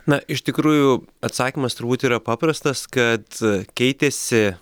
na iš tikrųjų atsakymas turbūt yra paprastas kad keitėsi